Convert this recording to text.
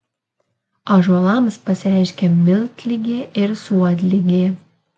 ąžuolams pasireiškia miltligė ir suodligė